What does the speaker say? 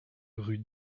rue